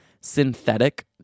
synthetic